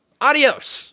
Adios